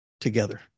together